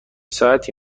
ساعتی